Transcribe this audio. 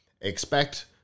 Expect